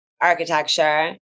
architecture